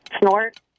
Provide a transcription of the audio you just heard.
Snort